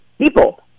people